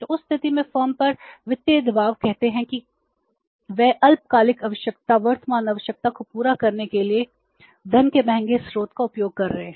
तो उस स्थिति में फर्म पर वित्तीय दबाव कहते हैं कि वे अल्पकालिक आवश्यकता वर्तमान आवश्यकता को पूरा करने के लिए धन के महंगे स्रोत का उपयोग कर रहे हैं